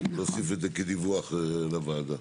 להוסיף את זה כדיווח לוועדה.